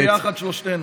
נגיש ביחד שלושתנו.